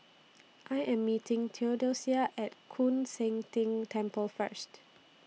I Am meeting Theodosia At Koon Seng Ting Temple First